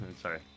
Sorry